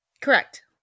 Correct